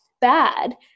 bad